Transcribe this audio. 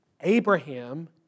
Abraham